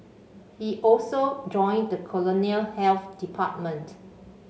he also joined the colonial health department